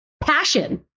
passion